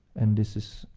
and this is.